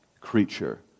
creature